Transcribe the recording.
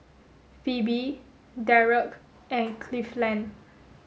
Phoebe Dereck and Cleveland